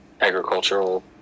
agricultural